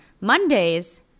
Mondays